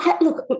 Look